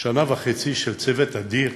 שנה וחצי של צוות אדיר,